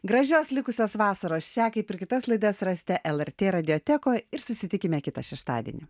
gražios likusios vasaros šią kaip ir kitas laidas rasite lrt radijotekoj ir susitikime kitą šeštadienį